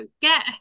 get